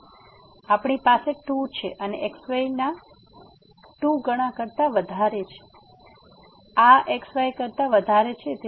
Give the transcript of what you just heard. તેથી આપણી પાસે 2 છે અને xy આ xy ના ૨ ગણા કરતા વધારે છે અને આ xy કરતા વધારે છે